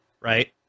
right